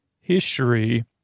history